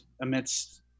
amidst